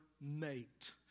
mate